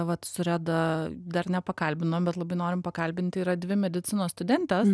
vat su reda dar nepakalbinom bet labai norim pakalbinti yra dvi medicinos studentės